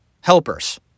helpers